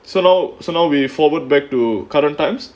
so now so now we forward back to current times